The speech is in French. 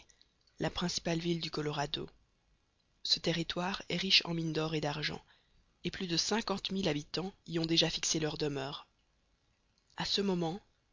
la principale ville du colorado ce territoire est riche en mines d'or et d'argent et plus de cinquante mille habitants y ont déjà fixé leur demeure a ce moment